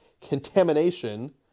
contamination